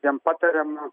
jiem patariama